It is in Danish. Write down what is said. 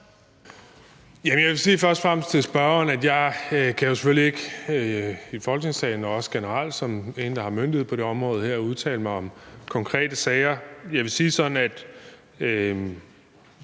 Jeg vil først og fremmest sige til spørgeren, at jeg jo selvfølgelig ikke i Folketingssalen og generelt som en, der har myndighed på det her område, kan udtale mig om konkrete sager. Jeg vil sige det sådan, at